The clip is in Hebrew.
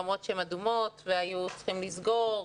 למרות שהן אדומות והיו צריכים לסגור,